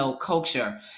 culture